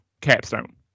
capstone